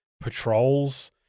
patrols